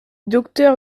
docteur